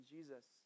Jesus